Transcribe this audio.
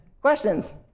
Questions